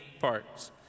parts